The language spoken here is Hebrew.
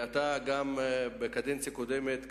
בקדנציה הקודמת,